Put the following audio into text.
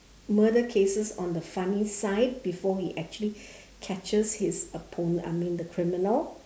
murder cases on the funny side before he actually catches his opponent I mean the criminal